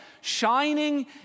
shining